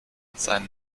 seinen